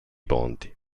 ponti